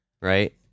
right